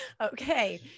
okay